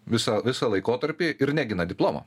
visą visą laikotarpį ir negina diplomo